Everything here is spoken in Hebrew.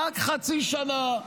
רק חצי שנה.